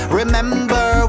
remember